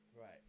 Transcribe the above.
Right